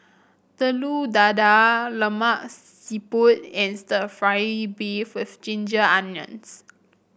Telur Dadah Lemak Siput and stir fry beef with Ginger Onions